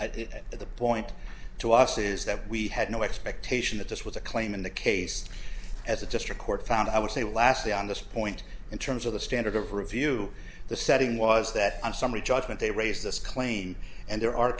it at the point to us is that we had no expectation that this was a claim in the case as a district court found i would say lastly on this point in terms of the standard of review the setting was that on summary judgment they raise this claim and there are